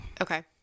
Okay